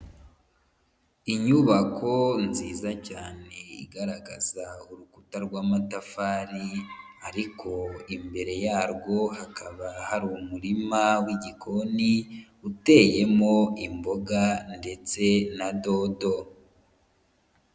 Inyubako nziza cyane igaragaza urukuta rw'amatafari, ariko imbere yarwo hakaba hari umurima w'igikoni uteyemo imboga ndetse na dodo.